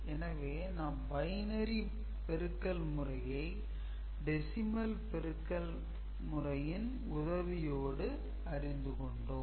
எனவே நாம் பைனரி பெருக்கல் முறையை டெசிமல் பெருக்கல் முறையின் உதவியோடு அறிந்து கொண்டோம்